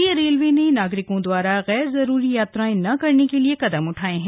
भारतीय रेलवे ने नागरिकों द्वारा गैर जरूरी यात्राएं न करने के लिए कदम उठाए हैं